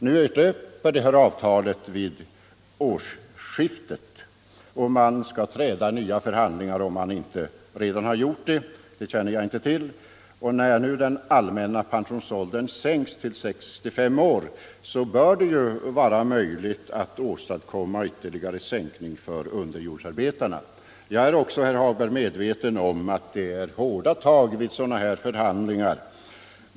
Avtalet utlöper vid årsskiftet och parterna skall träda i nya förhandlingar, om det inte redan skett — det känner jag inte till. Och när nu den allmänna pensionsåldern sänks till 65 år bör det ju vara möjligt att åstadkomma ytterligare sänkning för underjordsarbetarna. Jag är också, herr Hagberg, medveten om att det är hårda tag vid sådana här förhandlingar.